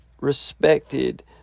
respected